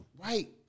Right